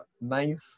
nice